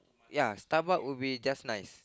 ya Starbucks would be just nice